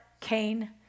Cain